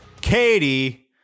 Katie